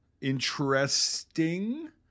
interesting